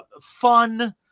fun